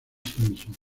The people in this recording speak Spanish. simpson